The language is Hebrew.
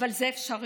אבל זה אפשרי,